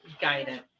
guidance